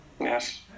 Yes